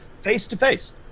face-to-face